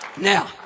Now